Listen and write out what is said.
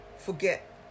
Forget